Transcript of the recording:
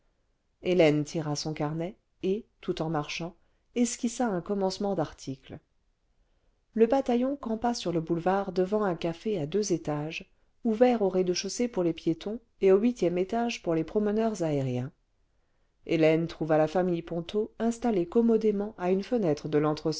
hélène tira son carnet et tout en marchant esquissa un commencement d'article le bataillon campa sur le boulevard devant un café à deux étages ouvert au rez-de-chaussée pour les piétons et au huitième étage pour les promeneurs aériens hélène trouva la famille ponto installée commodément formation de societes secretes à une fenêtre de